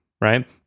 right